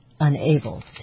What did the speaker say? unable